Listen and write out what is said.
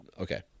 okay